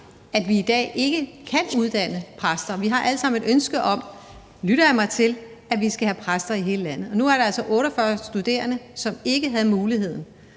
at vi ikke i dag kan uddanne præster. Vi har alle sammen et ønske om, lytter jeg mig til, at vi skal have præster i hele landet. Nu er der altså 48 studerende, som ikke havde muligheden,